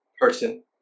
person